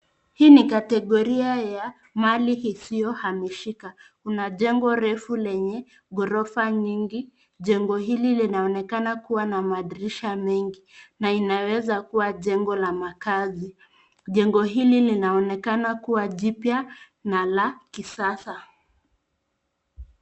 Hii ni kategoria ya mali isiyohamishika . Kuna jengo refu lenye ghorofa nyingi . Jengo hili linaonekana kuwa na madirisha mengi na inaweza kuwa jengo la makaazi . Jengo hili linaonekana kuwa jipya na la kisasa .